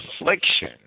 affliction